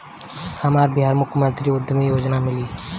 हमरा बिहार मुख्यमंत्री उद्यमी योजना मिली?